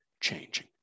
changing